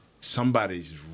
somebody's